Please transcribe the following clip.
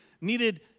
needed